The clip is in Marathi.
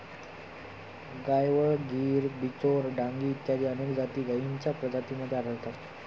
गायवळ, गीर, बिचौर, डांगी इत्यादी अनेक जाती गायींच्या प्रजातींमध्ये आढळतात